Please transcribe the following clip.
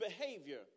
behavior